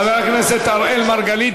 חבר הכנסת אראל מרגלית,